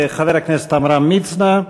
חבר הכנסת עמרם מצנע,